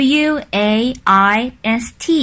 w-a-i-s-t